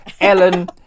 Ellen